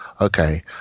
okay